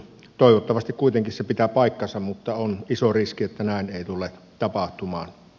toivottavasti kuitenkin se pitää paikkansa mutta on iso riski että näin ei tule tapahtumaan